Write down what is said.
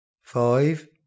five